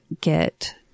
get